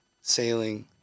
sailing